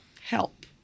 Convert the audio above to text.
help